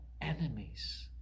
enemies